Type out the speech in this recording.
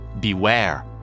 beware